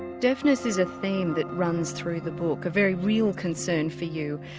deafness is a theme that runs through the book, a very real concern for you,